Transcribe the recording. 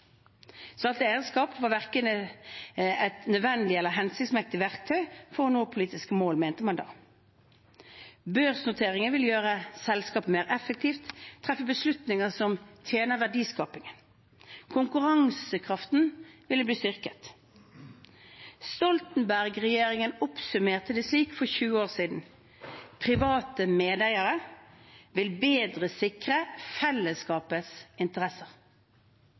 eierskap var verken et nødvendig eller hensiktsmessig verktøy for å nå politiske mål, mente man da. Børsnoteringen ville gjøre selskapet mer effektivt, treffe beslutninger som tjener verdiskapingen. Konkurransekraften ville bli styrket. Stoltenberg-regjeringen oppsummerte det slik for 20 år siden: Private medeiere vil bedre sikre fellesskapets interesser.